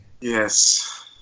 Yes